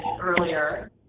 earlier